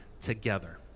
together